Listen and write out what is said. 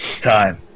time